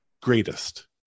greatest